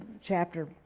chapter